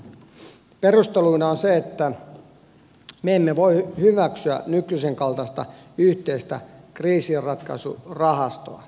perusteluna on se että me emme voi hyväksyä nykyisen kaltaista yhteistä kriisienratkaisurahastoa